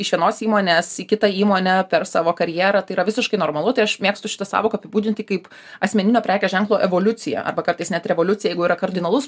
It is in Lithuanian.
iš vienos įmonės į kitą įmonę per savo karjerą tai yra visiškai normalu tai aš mėgstu šitą sąvoką apibūdinti kaip asmeninio prekės ženklo evoliucija arba kartais net revoliucija jeigu yra kardinalus